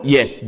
Yes